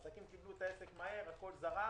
הכול זרם.